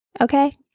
okay